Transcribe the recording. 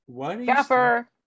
Gaffer